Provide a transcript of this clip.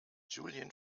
julian